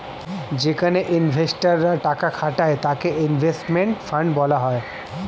যেখানে ইনভেস্টর রা টাকা খাটায় তাকে ইনভেস্টমেন্ট ফান্ড বলা হয়